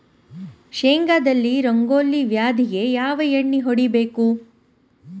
ಶೇಂಗಾದಲ್ಲಿ ರಂಗೋಲಿ ವ್ಯಾಧಿಗೆ ಯಾವ ಎಣ್ಣಿ ಹೊಡಿಬೇಕು?